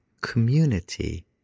community